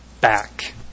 back